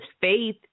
faith